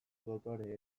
dotore